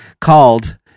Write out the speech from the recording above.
called